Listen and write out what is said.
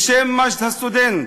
בשם מג'ד הסטודנט,